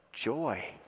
joy